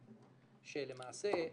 שלמעשה,